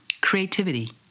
creativity